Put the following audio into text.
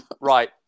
Right